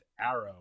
Arrow